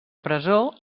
presó